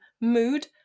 mood